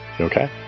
Okay